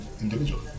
individual